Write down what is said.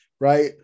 right